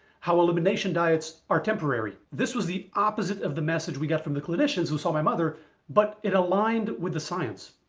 how elimination diets are temporary. this was the opposite of the message we got from the clinicians who saw my mother but it aligned with the science.